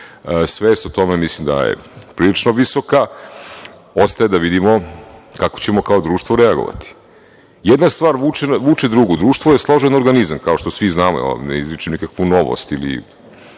svest o tome mislim da je prilično visoka, ostaje da vidimo kako ćemo kao društvo reagovati. Jedna stvar vuče drugu. Društvo je složen organizam, kao što svi znamo, ja ovde ne izričem nikakvu novost ili